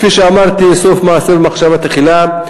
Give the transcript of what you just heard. כפי שאמרתי, סוף מעשה במחשבה תחילה.